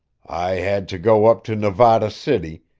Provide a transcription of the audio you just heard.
i had to go up to nevada city,